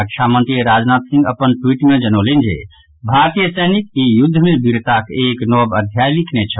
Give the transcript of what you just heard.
रक्षामंत्री राजनाथ सिंह अपन ट्वीट मे जनौलनि जे भारतीय सैनिक ई युद्ध मे वीरताक एक नव अध्याय लिखने छल